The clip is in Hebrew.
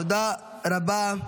תודה רבה.